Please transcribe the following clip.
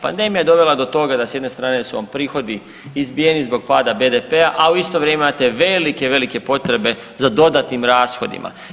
Pandemija je dovela do toga da s jedne strane su vam prihodi izbijeni zbog pada BDP-a, a u isto vrijeme imate velike, velike potrebe za dodatni rashodima.